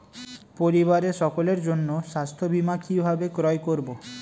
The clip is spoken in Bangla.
পরিবারের সকলের জন্য স্বাস্থ্য বীমা কিভাবে ক্রয় করব?